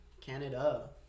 Canada